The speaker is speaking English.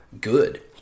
good